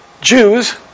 Jews